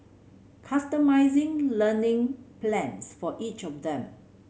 customising learning plans for each of them